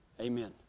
Amen